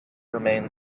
remain